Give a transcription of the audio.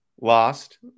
lost